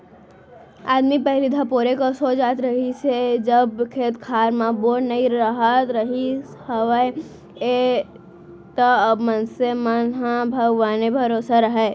आदमी पहिली धपोरे कस हो जात रहिस हे जब खेत खार म बोर नइ राहत रिहिस हवय त मनसे मन ह भगवाने भरोसा राहय